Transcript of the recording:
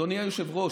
אדוני היושב-ראש,